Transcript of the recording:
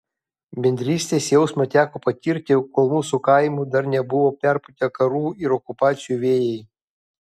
bendrystės jausmą teko patirti kol mūsų kaimų dar nebuvo perpūtę karų ir okupacijų vėjai